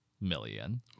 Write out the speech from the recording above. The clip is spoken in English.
million